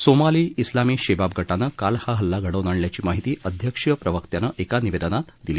Somali उलामी Shabaab गटानं काल हा हल्ला घडवून आणल्याची माहिती अध्यक्षीय प्रवक्त्यानं एका निवेदनात दिली